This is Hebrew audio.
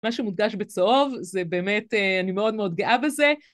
מה שמודגש בצהוב, זה באמת, אני מאוד מאוד גאה בזה.